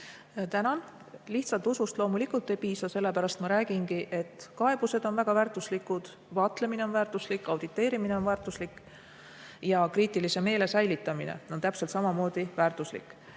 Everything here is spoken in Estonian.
Tänan! Lihtsalt usust loomulikult ei piisa, sellepärast ma räägingi, et kaebused on väga väärtuslikud, vaatlemine on väärtuslik, auditeerimine on väärtuslik. Kriitiline meel on täpselt samamoodi väärtuslik.